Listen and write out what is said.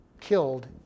killed